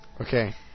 Okay